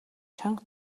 чанга